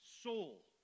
soul